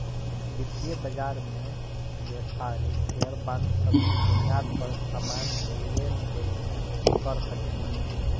वितीय बाजार में व्यापारी शेयर बांड सब के बुनियाद पर सामान के लेन देन कर सकेला